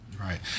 Right